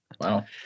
wow